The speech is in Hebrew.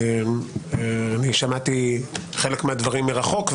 שמעתי חלק מהדברים מרחוק,